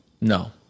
No